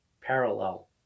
parallel